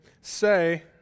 say